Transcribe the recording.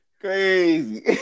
Crazy